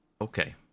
okay